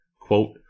Quote